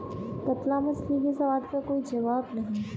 कतला मछली के स्वाद का कोई जवाब नहीं